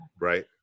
right